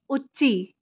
ਉੱਚੀ